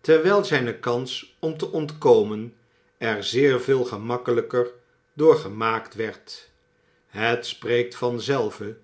terwijl zijne kans om te ontkomen er zeer veel gemakkelijker door gemaakt werd het spreekt van zelve